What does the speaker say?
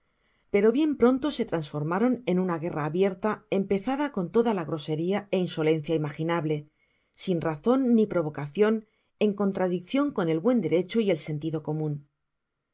pero bien pronto se transforformaron en una guerra abierta empezada con toda la graseria é insolencia imaginable sin razon sin provocacion en contradiccion con el buen derecho y el sentido comun